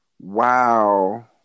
wow